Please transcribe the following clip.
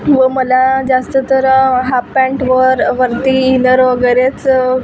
व मला जास्त तर हाप पँटवर वरती इनर वगैरेच